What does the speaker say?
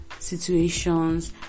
situations